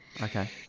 Okay